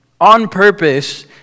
on-purpose